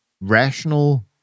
rational